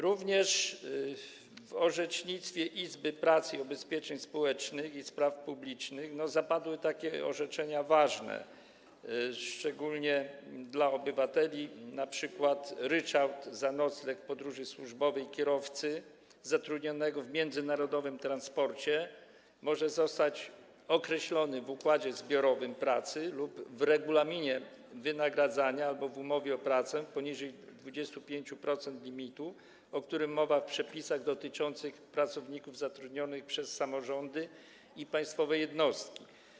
Również w orzecznictwie Izby Pracy, Ubezpieczeń Społecznych i Spraw Publicznych zapadły orzeczenia ważne, szczególnie dla obywateli, np. ryczałt za nocleg w podróży służbowej kierowcy zatrudnionego w transporcie międzynarodowym może zostać określony w układzie zbiorowym pracy lub w regulaminie wynagradzania albo w umowie o pracę poniżej 25% limitu, o którym mowa w przepisach dotyczących pracowników zatrudnionych przez samorządy i państwowe jednostki.